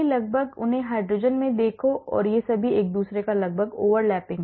लगभग उन्हें हाइड्रोजन में देखो और ये सभी एक दूसरे पर लगभग over lapping हैं